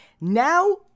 Now